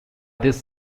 this